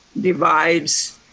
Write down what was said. divides